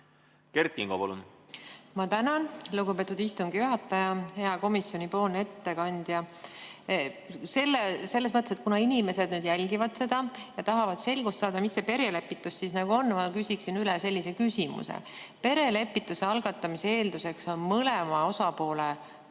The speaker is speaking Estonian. Kert Kingo, palun! Ma tänan, lugupeetud istungi juhataja! Hea komisjoni ettekandja! Selles mõttes, et kuna inimesed nüüd jälgivad seda ja tahavad selgust saada, mis see perelepitus on, ma küsin üle sellise küsimuse. Perelepituse algatamise eelduseks on mõlema osapoole tahe